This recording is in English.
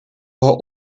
are